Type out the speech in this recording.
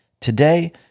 Today